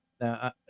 Now